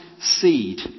seed